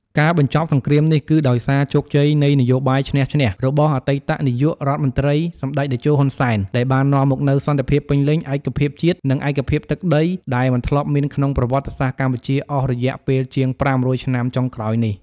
ការបញ្ចប់សង្គ្រាមនេះគឺដោយសារជោគជ័យនៃ នយោបាយឈ្នះ-ឈ្នះ របស់អតីតនាយករដ្ឋមន្ត្រី សម្ដេចតេជោ ហ៊ុន សែន ដែលបាននាំមកនូវសន្តិភាពពេញលេញ ឯកភាពជាតិ និងឯកភាពទឹកដីដែលមិនធ្លាប់មានក្នុងប្រវត្តិសាស្ត្រកម្ពុជា អស់រយៈពេលជាង ៥០០ ឆ្នាំចុងក្រោយនេះ។